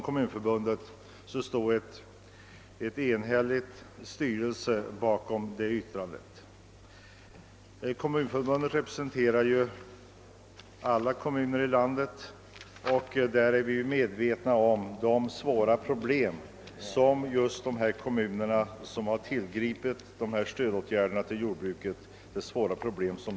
Kommunförbundets styrelse stod enig bakom detta yttrande. Kommunförbundet representerar alla kommuner i landet och är medvetet om de svåra problemen i de kommuner som tillgripit åtgärder för stöd till jordbrukare.